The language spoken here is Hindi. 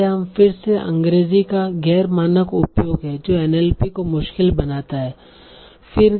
इसलिए यह फिर से अंग्रेजी का गैर मानक उपयोग है जो NLP को मुश्किल बनाता है